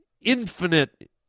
infinite